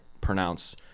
pronounce –